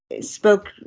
spoke